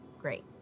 Great